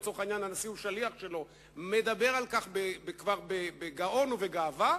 לצורך העניין הנשיא הוא השליח שלו והוא מדבר על כך כבר בגאון ובגאווה,